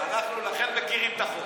אנחנו מכירים את החוק